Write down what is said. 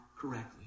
correctly